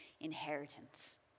inheritance